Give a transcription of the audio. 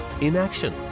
Inaction